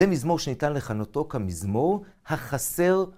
זה מזמור שניתן לכנותו כמזמור החסר.